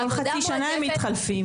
כל חצי שנה הם מתחלפים.